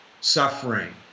suffering